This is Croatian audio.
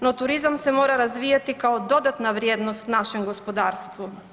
No turizam se mora razvijati kao dodatna vrijednost našem gospodarstvu.